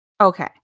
Okay